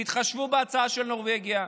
תתחשבו בהצעה של נורבגיה.